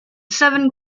seven